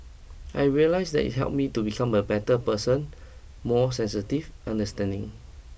I realised that it helped me to become a better person more sensitive understanding